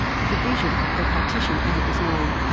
the division, or partition as it was known,